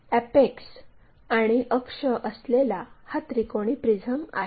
apex आणि अक्ष असलेला हा त्रिकोणी प्रिझम आहे